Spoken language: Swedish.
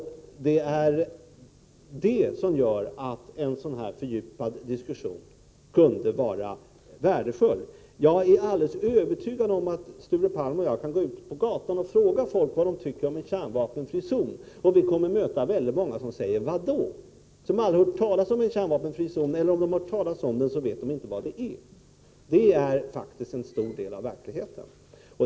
Det är detta som gör att en fördjupad diskussion kunde vara värdefull. Om Sture Palm och jag går ut på gatan och frågar folk vad de tycker om en kärnvapenfri zon, är jag alldeles övertygad om att vi skulle möta väldigt många som sade: Vad då? De har aldrig hört talas om en kärnvapenfri zon, eller om de har gjort det, så vet de inte vad den är för någonting. Detta är en del av verkligheten.